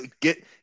get